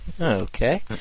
Okay